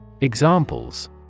Examples